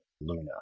luna